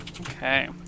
Okay